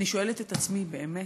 אני שואלת את עצמי: באמת,